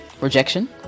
Rejection